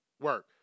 work